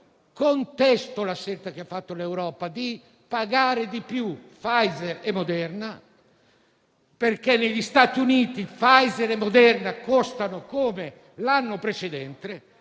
Io contesto la scelta che ha fatto l'Europa di pagare di più Pfizer e Moderna, perché negli Stati Uniti Pfizer e Moderna hanno lo stesso costo dell'anno precedente